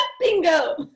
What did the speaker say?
bingo